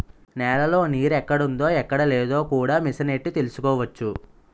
నేలలో నీరెక్కడుందో ఎక్కడలేదో కూడా మిసనెట్టి తెలుసుకోవచ్చు